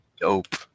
dope